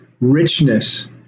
richness